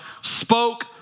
spoke